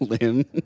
limb